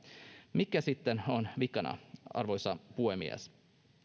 mikä sitten on vikana arvoisa puhemies